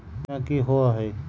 बीमा की होअ हई?